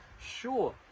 Sure